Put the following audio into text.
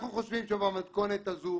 אנחנו חושבים שבמתכונת הזו